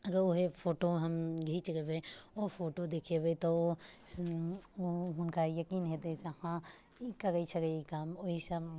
अगर ओहे फोटो हम घिच लेबै ओ फोटो देखेबै तऽ हुनका यकीन हेतै से हँ ई करै छलै ई काम ओइसँ